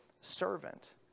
servant